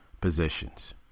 positions